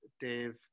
Dave